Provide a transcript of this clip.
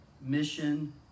mission